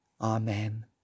Amen